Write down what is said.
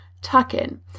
tuck-in